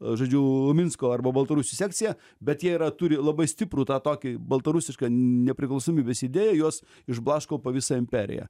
žodžiu minsko arba baltarusių sekcija bet jie yra turi labai stiprų tą tokį baltarusišką nepriklausomybės idėją juos išblaško po visą imperiją